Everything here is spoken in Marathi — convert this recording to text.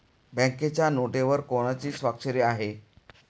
बँकेच्या नोटेवर कोणाची स्वाक्षरी आहे?